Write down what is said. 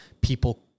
people